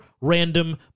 random